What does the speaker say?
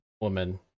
woman